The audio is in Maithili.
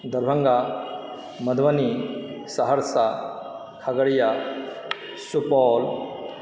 दरभङ्गा मधुबनी सहरसा खगड़िया सुपौल